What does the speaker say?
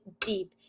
deep